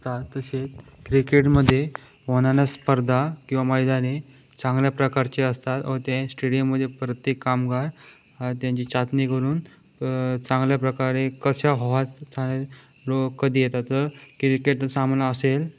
असतात तसेच क्रिकेटमध्ये होणाऱ्या स्पर्धा किंवा मैदाने चांगल्या प्रकारची असतात व त्या स्टेडियममध्ये प्रत्येक कामगार त्यांची चाचणी करून चांगल्या प्रकारे कशा व्हाव्यात कधी येतात तर क्रिकेट सामना असेल